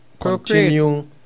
continue